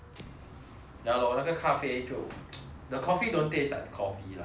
ya lor 那个咖啡就 the coffee don't taste like coffee lah if you ask me